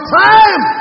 time